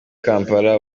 kampala